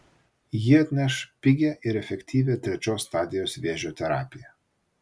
ji atneš pigią ir efektyvią trečios stadijos vėžio terapiją